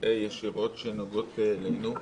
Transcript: ישירות שנוגעות אלינו.